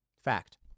Fact